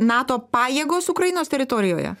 nato pajėgos ukrainos teritorijoje